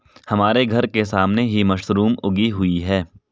हमारे घर के सामने ही मशरूम उगी हुई है